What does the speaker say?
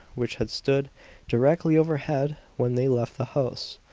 which had stood directly overhead when they left the house,